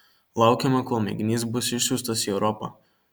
laukiame kol mėginys bus išsiųstas į europą